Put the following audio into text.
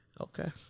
Okay